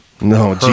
no